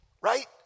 Right